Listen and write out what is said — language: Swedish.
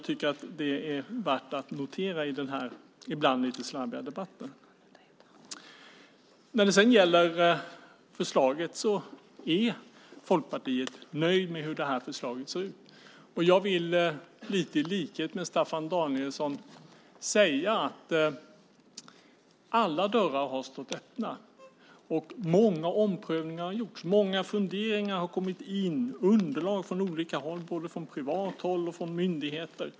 Det är värt att notera i den ibland lite slarviga debatten. När det sedan gäller förslaget är Folkpartiet nöjt med hur det ser ut. Jag vill lite i likhet med Staffan Danielsson säga att alla dörrar har stått öppna och många omprövningar har gjorts. Många funderingar har kommit in och underlag från olika håll. Det gäller både från privat håll och från myndigheter.